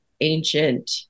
ancient